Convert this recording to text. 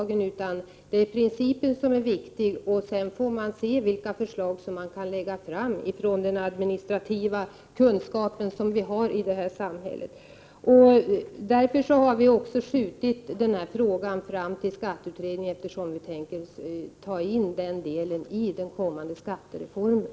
Det viktiga är principen, och sedan får man se vilka förslag som kan läggas fram av den administrativa sakkunskap som finns i samhället. Därför har vi skjutit över den här frågan till skatteutredningen, eftersom vi tänker ta in den som en del i den kommande skattereformen.